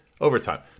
overtime